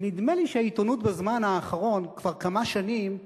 ונדמה לי שהעיתונות בזמן האחרון, כבר כמה שנים,